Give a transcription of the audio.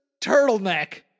turtleneck